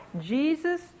Jesus